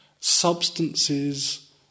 substances